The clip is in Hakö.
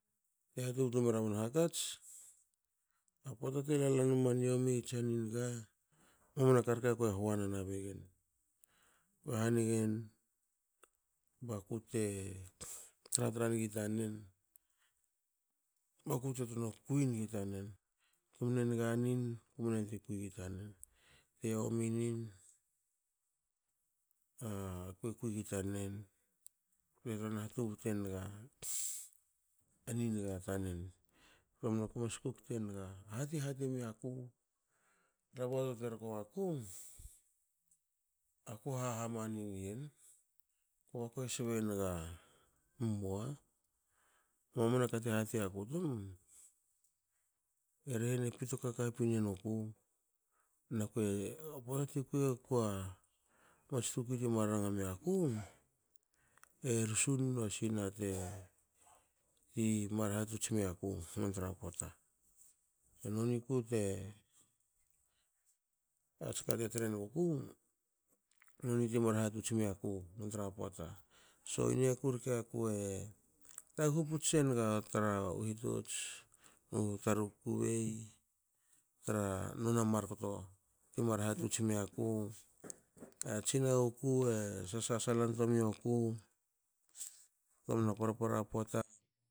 Te hatubtu mera man hakats,"a poata te lala mamana niomi tsa ni niga maman aka karke akue hoana nabegen. Kue honegen bakute tratra nigi tanen bakute te tno kuini tanen. temne niga nin kumne antuen kuingi tanen te yomi nin akue kuigi tanen. ue ranga hatub tuenga niniga i tanen ktomna kue mas kukute niga hati hatimiaku tra pota tu terko waku aku haha manin ian kba kue sbenga emua mamana ka ti hatiaku tum e rehene pipito kapinenuku nakue a poata te kui eguakua mats tukui ti mar ranga miaku. e rsu nua sina te timar hatots miaku nontra pota. Noniku te ats ka te trenuguku noni ti mar hatots miaku nontra pota so i niaku rke akue taguhu putse naga tara hitots nu taru kukubei tra nona markto ti mar hatots miaku, e tsina guku e sasalan toa mioku. ktomna parpar poata